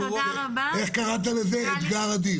איך קראת לזה אתגר אדיר.